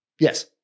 Yes